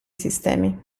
sistemi